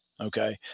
Okay